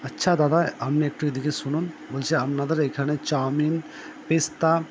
আচ্ছা দাদা আপনি একটু এদিকে শুনুন বলছি আপনাদের এইখানে চাউমিন পেস্তা